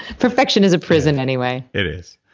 perfection is a prison anyway it is.